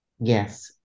Yes